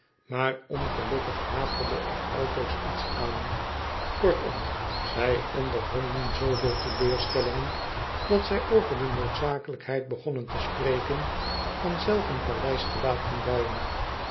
maar ongelukkig haperde er altoos iets aan kortom zij ondervonden zooveel teleurstellingen dat zij over de noodzakelijkheid begonnen te spreken van zelf een paleis te laten bouwen